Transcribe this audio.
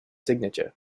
signature